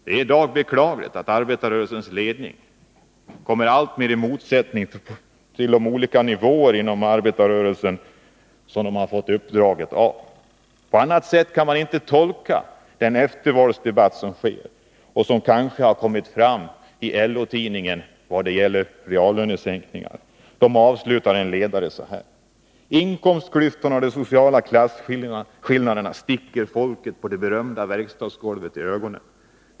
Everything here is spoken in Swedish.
Det är beklagligt att arbetarrörelsens ledning i dag kommer alltmer i motsättning till de olika nivåer inom arbetarrörelsen som de har fått uppdraget av. På annat sätt kan man inte tolka den eftervalsdebatt som förs och som har kommit fram i LO-tidningen i vad gäller lokala lönesänkningar. Tidningen avslutar en ledare så här: ”Inkomstklyftorna och de sociala klasskillnaderna sticker folket på det berömda verkstadsgolvet i ögonen.